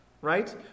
right